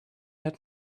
had